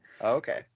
okay